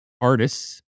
artists